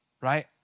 right